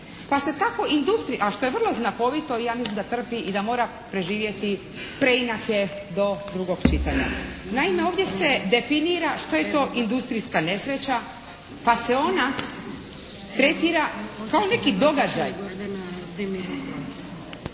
Pa se tako, a što je vrlo znakovito i ja mislim da trpi i da mora preživjeti do drugog čitanja. Naime, ovdje se definira što je to industrijska nesreća pa se ona tretira kao neki događaj